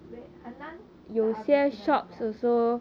wait 很难 start a business lah